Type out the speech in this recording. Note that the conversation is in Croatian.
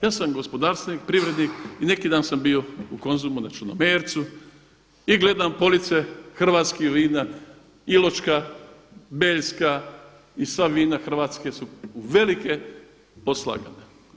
Ja sam gospodarstvenik, privrednik i neki dan sam bio u Konzumu na Črnomercu i gledam polica hrvatskih vina Iločka, Beljska i sva vina Hrvatske su u velike poslagane.